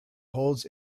holds